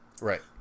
Right